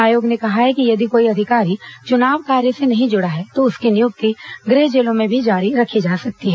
आयोग ने कहा है कि यदि कोई अधिकारी चुनाव कार्य से नहीं जुड़ा है तो उसकी नियुक्ति गृह जिलों में भी जारी रखी जा सकती है